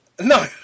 No